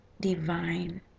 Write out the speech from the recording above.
divine